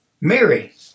Mary